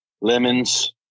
lemons